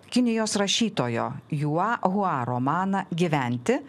kinijos rašytojo jua hua romaną gyventi